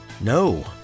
No